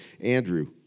Andrew